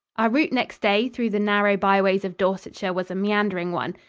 our route next day through the narrow byways of dorsetshire was a meandering one.